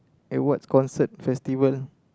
eh what's concert festival